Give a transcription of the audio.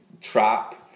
trap